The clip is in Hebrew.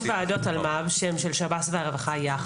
3ב(ד)(1) ו-(2).